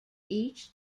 each